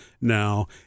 now